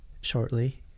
shortly